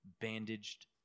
bandaged